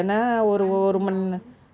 one two hours